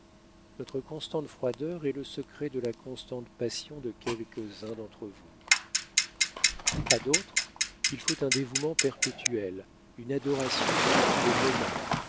notre constante froideur est le secret de la constante passion de quelques-uns d'entre vous à d'autres il faut un dévouement perpétuel une adoration de tous les moments